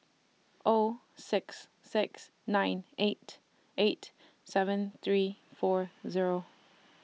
O six six nine eight eight seven three four Zero